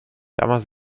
damals